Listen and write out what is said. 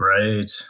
right